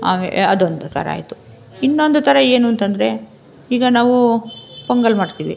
ಆಮೆ ಅದೊಂದು ಥರ ಆಯಿತು ಇನ್ನೊಂದು ಥರ ಏನು ಅಂತಂದರೆ ಈಗ ನಾವು ಪೊಂಗಲ್ ಮಾಡ್ತೀವಿ